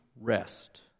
rest